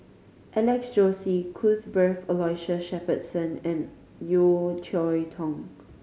Alex Josey Cuthbert Aloysius Shepherdson and Yeo Cheow Tong